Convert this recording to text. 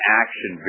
action